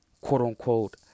quote-unquote